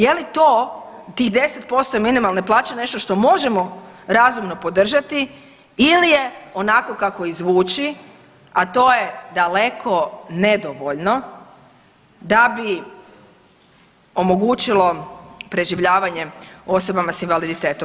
Je li to tih 10% minimalne plaće nešto što možemo razumno podržati ili je onako kako i zvuči, a to je daleko nedovoljno da bi omogućilo preživljavanje osobama sa invaliditetom.